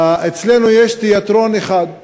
אצלנו יש תיאטרון אחד,